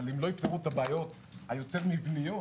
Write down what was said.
אבל אם לא יפתרו את הבעיות המבניות יותר,